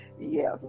yes